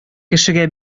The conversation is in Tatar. кешегә